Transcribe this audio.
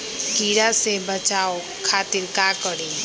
कीरा से बचाओ खातिर का करी?